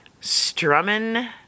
strumming